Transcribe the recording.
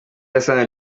yasanze